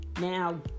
now